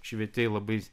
švietėjai labai